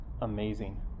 amazing